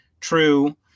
true